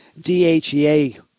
DHEA